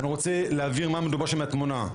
אני רוצה להבהיר מה מדובר שם מהתמונה,